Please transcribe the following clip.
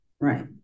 Right